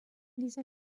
dieser